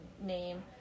name